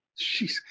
Jeez